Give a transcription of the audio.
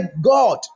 God